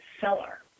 seller